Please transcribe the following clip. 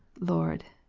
lord,